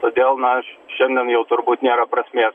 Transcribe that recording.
todėl mes šiandien jau turbūt nėra prasmės